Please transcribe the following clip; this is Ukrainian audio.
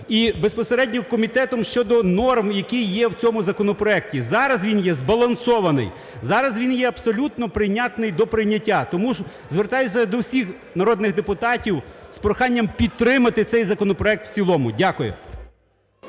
і безпосередньо комітетом щодо норм, які є в цьому законопроекті. Зараз він є збалансований, зараз він є абсолютно прийнятний до прийняття. Тому звертаюся до всіх народних депутатів з проханням підтримати цей законопроект в цілому. Дякую.